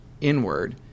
inward